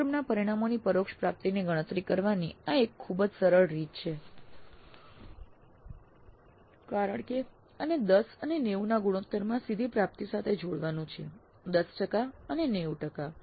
અભ્યાસક્રમના પરિણામોની પરોક્ષ પ્રાપ્તિની ગણતરી કરવાની એક ખૂબ જ સરળ રીત છે કારણ કે આને 1090 ના ગુણોત્તરમાં સીધી પ્રાપ્તિ સાથે જોડવાનું છે 10 ટકા 90 ટકા